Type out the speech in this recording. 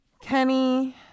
Kenny